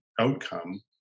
outcome